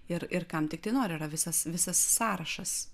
ir ir kam tiktai nori yra visas visas sąrašas